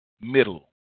middle